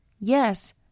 Yes